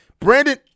Brandon